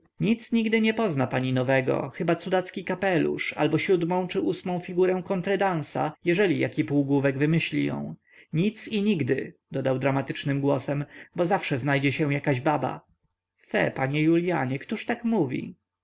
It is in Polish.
nic nigdy nie pozna pani nowego chyba cudacki kapelusz albo siódmą czy ósmą figurę kontredansa jeżeli jaki półgłówek wymyśli ją nic i nigdy dodał dramatycznym głosem bo zawsze znajdzie się jakaś baba fe panie julianie któż tak mówi